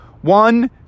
One